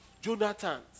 Jonathan